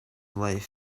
life